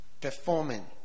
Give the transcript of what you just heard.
Performing